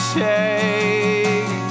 take